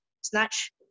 snatch